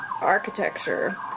architecture